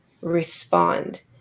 respond